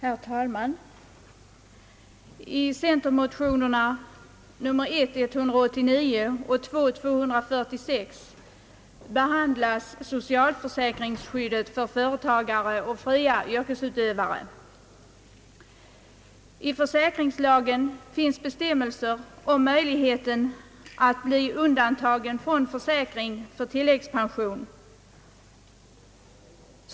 Herr talman! I centermotionerna nr 1: 189 och II: 246 behandlas socialförsäkringsskyddet för företagare och fria yrkesutövare. I lagen om allmän försäkring finns bestämmelser om möjlighet att bli undantagen från försäkringen för tilläggspension.